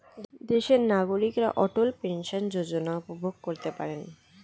দেশের নাগরিকরা অটল পেনশন যোজনা উপভোগ করতে পারেন